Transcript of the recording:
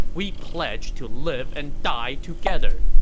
we pledged to live and die together.